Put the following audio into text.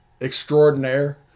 Extraordinaire